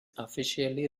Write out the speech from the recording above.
officially